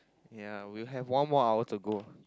ya we'll have one more hour to go